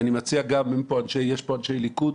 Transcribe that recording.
ואני מציע גם, יש פה אנשי ליכוד,